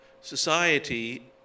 society